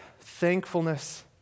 thankfulness